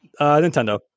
Nintendo